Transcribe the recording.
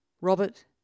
Robert